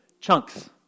chunks